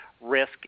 risk